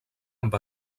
amb